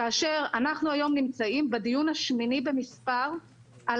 אנחנו היום נמצאים בדיון השמיני במספר על